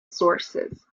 sources